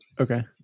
Okay